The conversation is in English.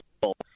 people